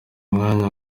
umwanya